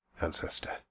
ancestor